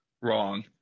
wrong